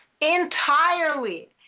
entirely